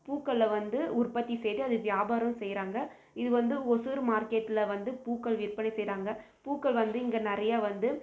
பூக்களை வந்து உற்பத்தி செய்து அது வியாபாரம் செய்கிறாங்க இது வந்து ஓசூரு மார்க்கெட்டில் வந்து பூக்கள் விற்பனை செய்கிறாங்க பூக்கள் வந்து இங்கே நிறையா வந்து